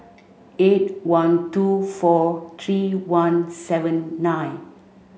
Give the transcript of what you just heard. eight one two four three one seven nine